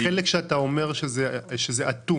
החלק שאתה אומר שזה אטום.